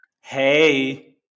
Hey